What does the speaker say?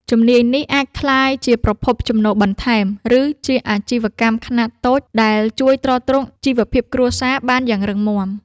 ជំនាញនេះអាចក្លាយជាប្រភពចំណូលបន្ថែម ឬជាអាជីវកម្មខ្នាតតូចដែលជួយទ្រទ្រង់ជីវភាពគ្រួសារបានយ៉ាងរឹងមាំ។